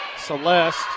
Celeste